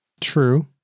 True